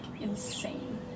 insane